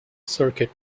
circuit